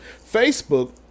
Facebook